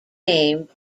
name